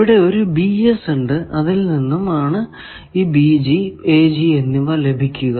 ഇവിടെ ഒരു ഉണ്ട് അതിൽ നിന്നും ആണ് പിന്നെ എന്നിവ ലഭിക്കുക